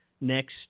next